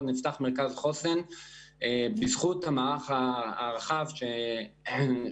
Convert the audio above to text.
נפתח מרכז חוסן בזכות המערך הרחב שנבנה.